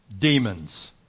demons